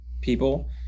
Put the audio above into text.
people